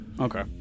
okay